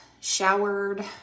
showered